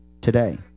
today